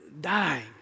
dying